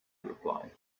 reply